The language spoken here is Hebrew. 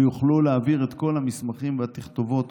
ויוכלו להעביר את כל המסמכים והתכתובות